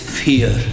fear